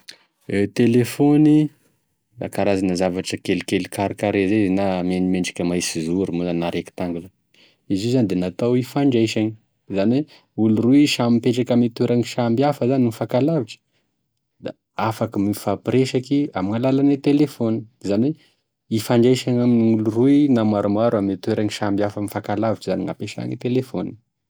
E telefony da karazana zavatra kelikely karikare zay izy na miendrimendriky mahisy zoro moa zany na rektangle izy io zany de natao hifandraisany, izany hoe olo roy samy mipetraky ame toeragny sambihafa mifankalavitry, da afaky mifampiresaky amin'alalany telefony, izany hoe hifaindraisana amin'olo roy, na maromaro ame toerany sambihafa mifankalavitry zany gn'ampesa gne telefony.